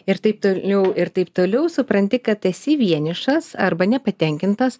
ir taip toliau ir taip toliau supranti kad esi vienišas arba nepatenkintas